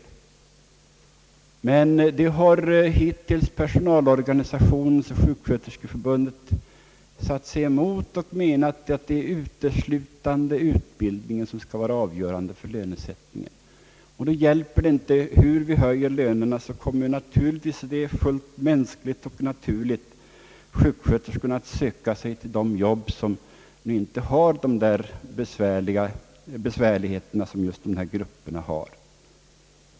Men det har hittills personalorganisationen, Sjuksköterskeförbundet, satt sig emot. Förbundet menar att det uteslutande är utbildningen som skall vara avgörande för lönesättningen. Då hjälper det inte hur vi höjer lönerna, ty det är fullt mänskligt och naturligt att då kommer sjuksköterskorna att söka sig till de jobb som inte har de besvärligheter som just dessa grupper har.